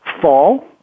fall